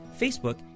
Facebook